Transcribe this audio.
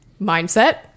mindset